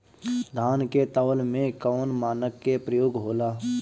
धान के तौल में कवन मानक के प्रयोग हो ला?